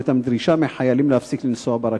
ואת הדרישה מחיילים להפסיק לנסוע ברכבת.